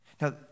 Now